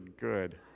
good